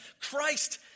Christ